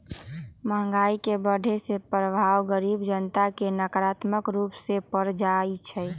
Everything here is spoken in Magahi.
महंगाई के बढ़ने के प्रभाव गरीब जनता पर नकारात्मक रूप से पर जाइ छइ